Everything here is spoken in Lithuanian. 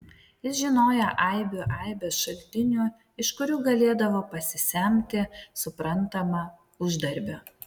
jis žinojo aibių aibes šaltinių iš kurių galėdavo pasisemti suprantama uždarbio